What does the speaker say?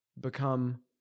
become